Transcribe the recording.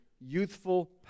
youthful